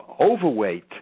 overweight